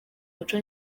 muco